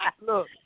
Look